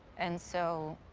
and so.